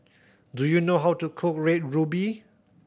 do you know how to cook Red Ruby